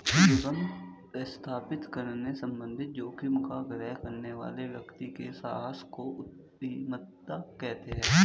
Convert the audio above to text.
उद्यम स्थापित करने संबंधित जोखिम का ग्रहण करने वाले व्यक्ति के साहस को उद्यमिता कहते हैं